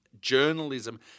journalism